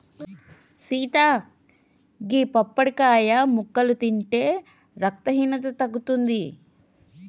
సీత గీ పప్పడికాయ ముక్కలు తింటే రక్తహీనత తగ్గుతుంది